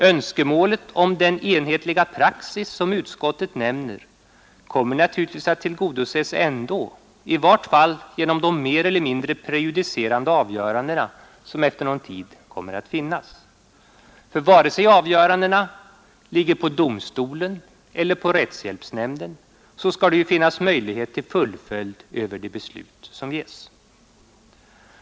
Önskemålet om den enhetliga praxis som utskottet nämner kommer naturligtvis att tillgodoses ändå, i vart fall genom de mer eller mindre prejudicerande avgöranden som efter någon tid kommer att finnas. Vare sig avgörandena ligger på domstolen eller rättshjälpsnämnden skall det ju finnas möjligheter att överklaga det beslut som meddelas.